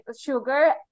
sugar